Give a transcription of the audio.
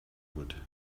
would